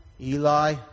Eli